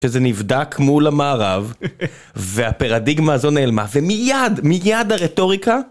שזה נבדק מול המערב והפרדיגמה הזו נעלמה ומיד, מיד הרטוריקה.